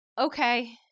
okay